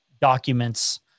documents